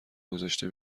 گذاشته